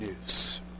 news